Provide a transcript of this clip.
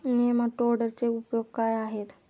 नेमाटोडचे उपयोग काय आहेत?